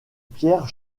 pierre